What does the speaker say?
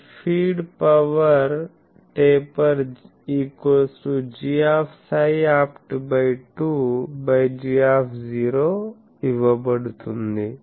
ఈ feed power taper gψopt 2 g ఇవ్వబడుతుంది